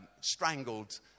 strangled